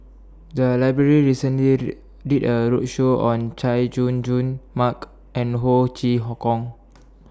The Library recently did A roadshow on Chay Jung Jun Mark and Ho Chee Kong